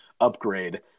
upgrade